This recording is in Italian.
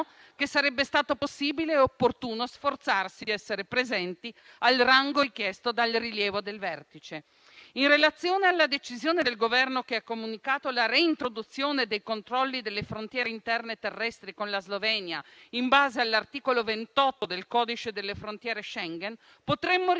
che sarebbe stato possibile e opportuno sforzarsi di essere presenti al rango richiesto dal rilievo del vertice. In relazione alla decisione del Governo che ha comunicato la reintroduzione dei controlli delle frontiere interne terrestri con la Slovenia, in base all'articolo 28 del codice delle frontiere Schengen, potremmo ricordare